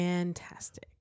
Fantastic